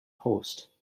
host